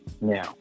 now